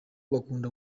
bakunda